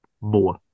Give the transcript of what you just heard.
more